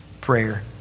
prayer